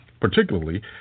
particularly